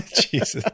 Jesus